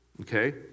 Okay